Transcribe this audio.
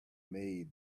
made